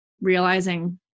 realizing